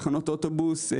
תחנות אוטובוס,